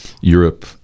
Europe